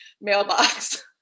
mailbox